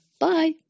Bye